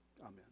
Amen